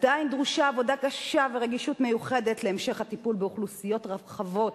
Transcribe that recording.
עדיין דרושה עבודה קשה ורגישות מיוחדת להמשך הטיפול באוכלוסיות רחבות